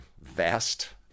vast